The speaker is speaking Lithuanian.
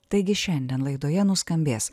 taigi šiandien laidoje nuskambės